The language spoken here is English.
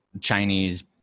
Chinese